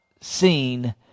seen